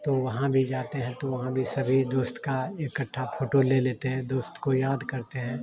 तो वहां भी जाते हैं तो वहां भी सभी दोस्त का इकठ्ठा फोटो ले लेते हैं दोस्त को याद करते हैं